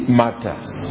matters